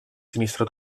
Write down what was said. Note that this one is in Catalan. sinistre